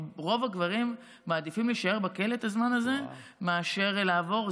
רוב הגברים מעדיפים להישאר בכלא את הזמן הזה מאשר לעבור,